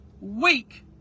week